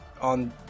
on